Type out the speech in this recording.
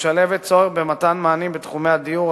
המשלבת צורך במתן מענים בתחומי הדיור,